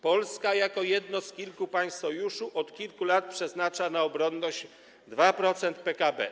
Polska jako jedno z kilku państw Sojuszu od kilku lat przeznacza na obronność 2% PKB.